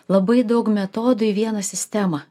labai daug metodų į vieną sistemą